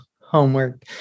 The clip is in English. homework